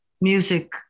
music